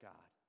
God